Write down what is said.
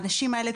האנשים האלה,